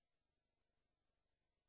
לנו השאירו פירורים.